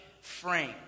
frame